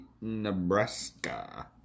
Nebraska